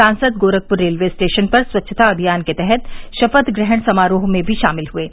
सांसद Gorakhpur railway station पर स्वच्छता अभियान के तहत शपथ ग्रहण समारोह में भी शामिल हुये